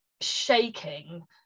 shaking